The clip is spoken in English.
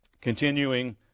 continuing